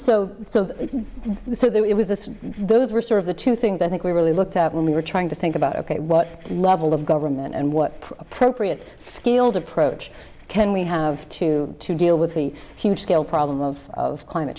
there it was this those were sort of the two things i think we really looked up when we were trying to think about ok what level of government and what appropriate skilled approach can we have to to deal with the huge scale problem of climate